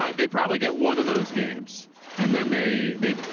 um they probably get one of those games and then they, they,